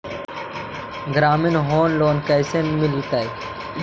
ग्रामीण home loan कैसे मिलतै?